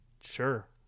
Sure